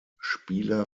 spieler